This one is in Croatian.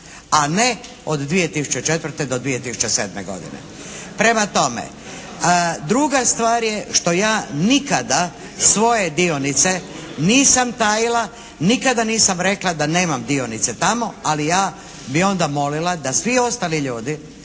a ne od 2004. do 2007. godine. Prema tome, druga stvar je što ja nikada svoje dionice nisam tajila, nikada nisam rekla da nemam dionice tamo, ali ja bih onda molila da svi ostali ljudi